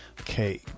Okay